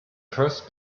first